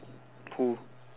who